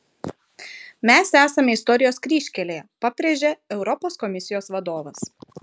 mes esame istorijos kryžkelėje pabrėžė europos komisijos vadovas